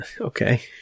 Okay